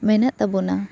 ᱢᱮᱱᱟᱜ ᱛᱟᱵᱚᱱᱟ